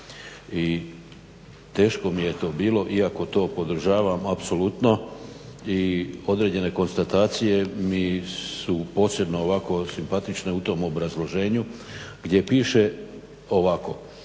I teško mi je to bilo iako to podržavam apsolutno i određene konstatacije mi su posebno ovako simpatične u tom obrazloženju gdje piše ovako.